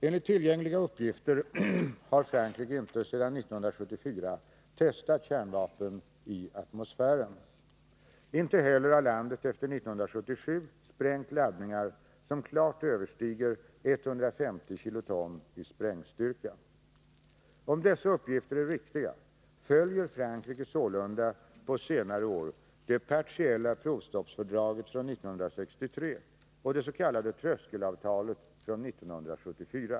Enligt tillgängliga uppgifter har Frankrike inte sedan 1974 testat kärnvapen i atmosfären. Inte heller har landet efter 1977 sprängt laddningar som klart överstiger 150 kiloton i sprängstyrka. Om dessa uppgifter är riktiga, följer Frankrike sålunda på senare år det partiella provstoppsfördraget från 1963 och det s.k. tröskelavtalet från 1974.